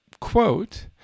quote